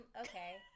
okay